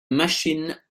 machine